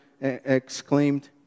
exclaimed